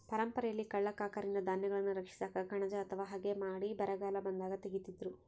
ಪರಂಪರೆಯಲ್ಲಿ ಕಳ್ಳ ಕಾಕರಿಂದ ಧಾನ್ಯಗಳನ್ನು ರಕ್ಷಿಸಾಕ ಕಣಜ ಅಥವಾ ಹಗೆ ಮಾಡಿ ಬರಗಾಲ ಬಂದಾಗ ತೆಗೀತಿದ್ರು